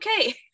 okay